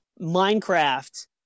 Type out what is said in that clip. Minecraft